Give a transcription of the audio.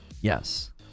Yes